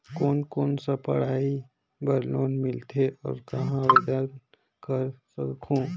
कोन कोन सा पढ़ाई बर लोन मिलेल और कहाँ आवेदन कर सकहुं?